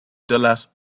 dollars